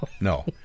no